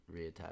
reattach